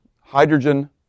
hydrogen